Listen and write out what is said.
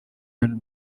bintu